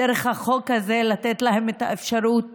דרך החוק הזה לתת להם את האפשרות